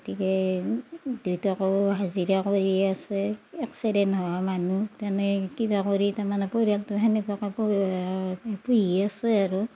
গতিকে দেউতাকেও হাজিৰা কৰিয়ে আছে এক্সিডেণ্ট হোৱা মানুহ তেনেকে কিবা কৰি তাৰমানে পৰিয়ালটো সেনেকুৱাকৈ পুহি আছে আৰু